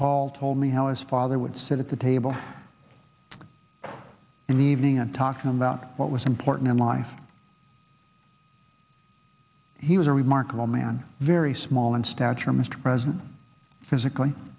paul told me how his father would sit at the table in the evening and talk about what was important in life he was a remarkable man very small in stature mr president physically